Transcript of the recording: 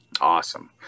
Awesome